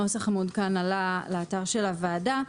הנוסח המעודכן עלה לאתר של הוועדה.